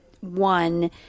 one